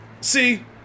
See